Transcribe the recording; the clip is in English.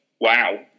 wow